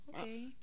okay